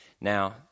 Now